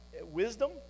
wisdom